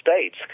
States